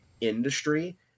industry